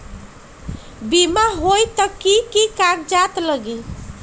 बिमा होई त कि की कागज़ात लगी?